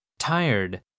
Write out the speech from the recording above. Tired